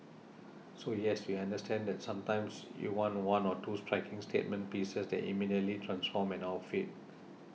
so yes we understand that sometimes you want one or two striking statement pieces that immediately transform an outfit